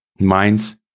minds